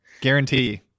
Guarantee